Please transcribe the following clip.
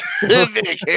big